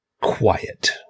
quiet